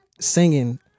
singing